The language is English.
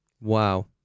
Wow